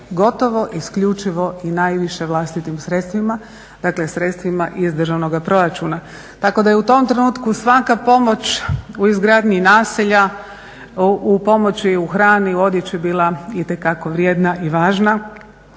gotovo, isključivo i najviše vlastitim sredstvima, dakle sredstvima iz državnoga proračuna. Tako da je u tom trenutku svaka pomoć u izgradnji naselja, u pomoći u hrani, u odjeći bila itekako vrijedna i važna.